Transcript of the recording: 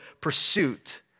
pursuit